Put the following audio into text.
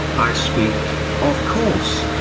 i speak, of course,